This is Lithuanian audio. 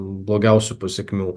blogiausių pasekmių